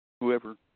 whoever